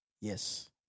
Yes